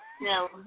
No